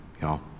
Y'all